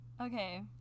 Okay